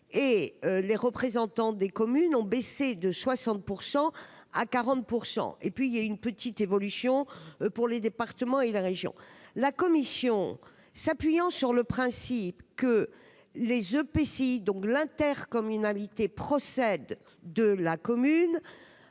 des représentants des communes ayant baissé à 40 %, avec une petite évolution pour les départements et les régions. S'appuyant sur le principe que les EPCI, donc l'intercommunalité, procèdent de la commune,